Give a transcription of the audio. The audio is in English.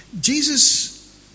Jesus